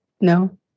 No